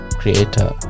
creator